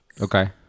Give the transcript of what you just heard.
Okay